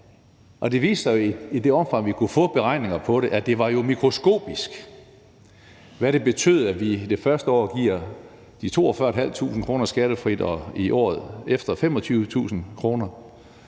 det viste sig jo, at i det omfang, vi kunne få beregninger på det, var det mikroskopisk, hvad det betød, at vi det første år giver 42.500 kr. skattefrit og i året efter 25.000 kr.